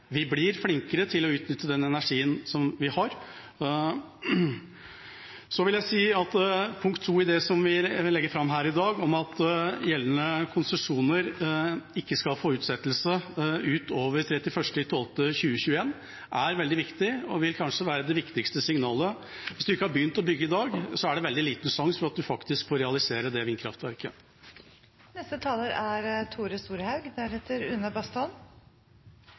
vi blir flinkere til å utnytte den energien vi har. Punkt to i det vi legger fram her i dag, om at gjeldende konsesjoner ikke skal få utsettelse utover 31. desember 2021, er veldig viktig og vil kanskje være det viktigste signalet. Hvis man ikke har begynt å bygge i dag, er det veldig liten sjanse for at man faktisk får realisert det vindkraftverket. Eg vil begynne med å seie at det er